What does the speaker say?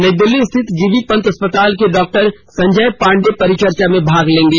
नई दिल्ली स्थित जीबी पंत अस्पताल के डॉक्टर संजय पांडेय परिचर्चा में भाग लेंगे